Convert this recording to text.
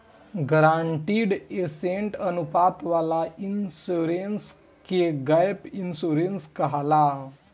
guaranteed asset अनुपात वाला insurance के गैप इंश्योरेंस कहाला